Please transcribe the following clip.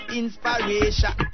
inspiration